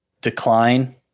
decline